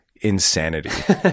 insanity